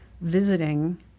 visiting